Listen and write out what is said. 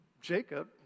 Jacob